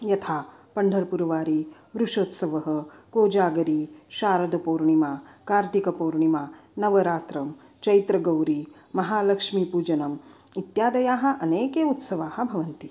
यथा पण्ढर्पुर्वारिः वृषोत्सवः कोजागरी शारदपूर्णिमा कार्तिकपूर्णिमा नवरात्रं चैत्रगौरी महालक्ष्मीपूजनम् इत्यादयः अनेके उत्सवाः भवन्ति